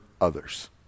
others